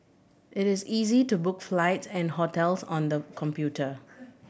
it is easy to book flights and hotels on the computer